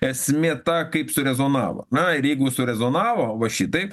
esmė ta kaip surezonavo na ir jeigu surezonavo va šitaip